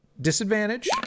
Disadvantage